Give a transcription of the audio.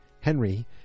Henry